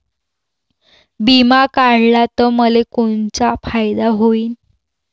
बिमा काढला त मले कोनचा फायदा होईन?